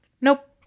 nope